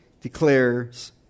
declares